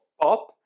pop